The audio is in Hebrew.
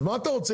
אז מה אתה רוצה?